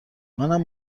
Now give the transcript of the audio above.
منم